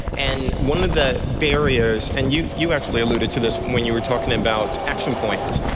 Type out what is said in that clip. and one of the barriers, and you you actually alluded to this when you were talking about action points.